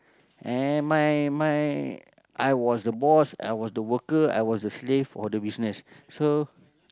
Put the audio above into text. and my my I was the boss I was the worker I was the slave for the business so